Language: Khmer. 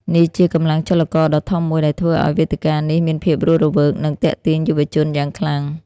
នេះជាកម្លាំងចលករដ៏ធំមួយដែលធ្វើឱ្យវេទិកានេះមានភាពរស់រវើក និងទាក់ទាញយុវជនយ៉ាងខ្លាំង។